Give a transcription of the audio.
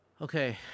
okay